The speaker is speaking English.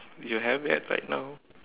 you have that right now